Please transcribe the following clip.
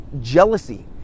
jealousy